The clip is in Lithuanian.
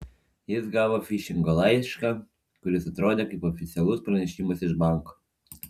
jis gavo fišingo laišką kuris atrodė kaip oficialus pranešimas iš banko